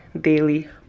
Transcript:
daily